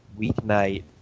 weeknight